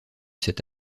cet